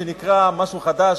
משהו חדש,